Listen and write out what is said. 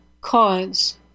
cause